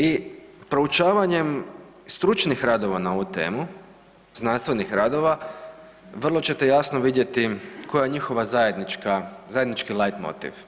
I proučavanjem stručnih radova na ovu temu, znanstvenih radova, vrlo ćete jasno vidjeti koja je njihova zajednički lajtmotiv.